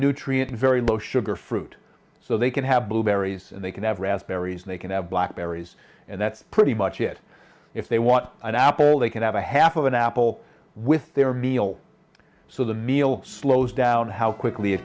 nutrient very low sugar fruit so they can have blueberries they can have raspberries they can have black berries and that's pretty much it if they want an apple they can have a half of an apple with their be all so the meal slows down how quickly